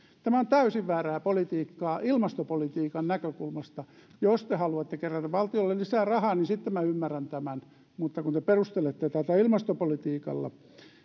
on täysin väärää politiikkaa ilmastopolitiikan näkökulmasta jos te haluatte kerätä valtiolle lisää rahaa niin sitten minä ymmärrän tämän mutta kun te perustelette tätä ilmastopolitiikalla